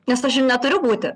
nes aš ir neturiu būti